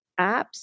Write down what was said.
apps